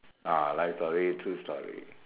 ah life story true story